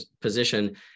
position